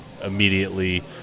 immediately